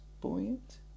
buoyant